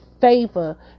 favor